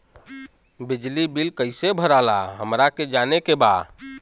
बिजली बिल कईसे भराला हमरा के जाने के बा?